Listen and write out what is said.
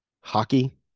Hockey